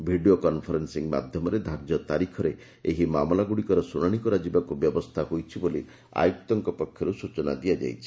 video conferencing ମାଧ୍ଧମରେ ଧାର୍ଯ୍ୟ ତାରିଖରେ ଏହି ମାମଲାଗୁଡ଼ିକର ଶ୍ରୁଶାଶି କରାଯିବାକୁ ବ୍ୟବସ୍ରା ହୋଇଛି ବୋଲି ଆୟ୍ଟକ୍ତଙ୍କ ପକ୍ଷର୍ ସ୍ ଚନା ଦିଆଯାଇଛି